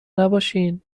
نباشین